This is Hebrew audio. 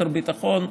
ליתר ביטחון,